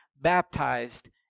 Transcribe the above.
baptized